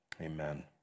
Amen